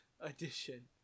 edition